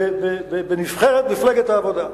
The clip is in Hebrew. בנבחרת מפלגת העבודה.